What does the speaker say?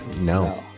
No